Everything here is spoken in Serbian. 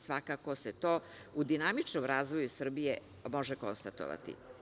Svakako se to u dinamičnom razvoju Srbije može konstatovati.